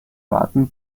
warten